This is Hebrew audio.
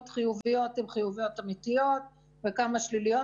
חיוביות הן חיוביות אמיתיות וכמה שליליות